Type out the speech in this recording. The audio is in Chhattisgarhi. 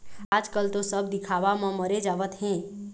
आजकल तो सब दिखावा म मरे जावत हें